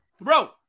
Bro